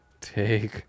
take